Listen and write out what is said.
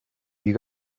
you